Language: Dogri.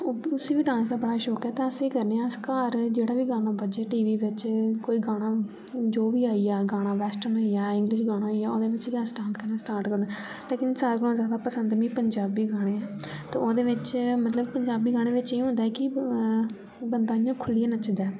ओह्बी उस्सी बी डांस दा बड़ा शौक एह् ते अस केह् करने आं अस घर जेह्ड़ा बी गाना बज्जे टी वी बिच कोई गाना जो बी आई जा गाना वेस्टर्न होई जा अंग्रेजी गाना होई जा असें करना स्टार्ट करी ओड़ना लेकिन सारे कोला ज्यादा पसंद मिगी पंजाबी गाने न ते ओह्दे बिच मतलब पंजाबी गाने बिच एह् हौंदा ऐ की मतलब अ बंदा इ'यां खुल्लियै नच्ची सकदा ऐ